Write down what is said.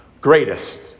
greatest